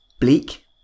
bleak